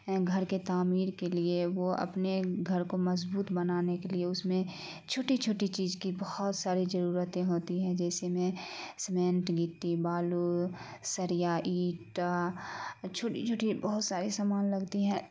گھر کے تعمیر کے لیے وہ اپنے گھر کو مضبوط بنانے کے لیے اس میں چھوٹی چھوٹی چیز کی بہت ساری ضرورتیں ہوتی ہیں جیسے میں سیمنٹ گٹی بالو سریا ایٹا چھوٹی چھوٹی بہت سارے سامان لگتی ہیں